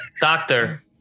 Doctor